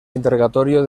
interrogatorio